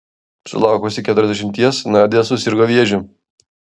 sulaukusi keturiasdešimties nadia susirgo vėžiu